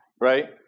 right